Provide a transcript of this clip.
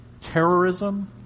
terrorism